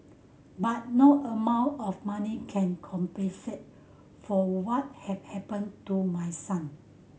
but no amount of money can compensate for what had happened to my son